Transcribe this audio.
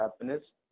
happiness